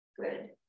good